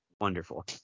wonderful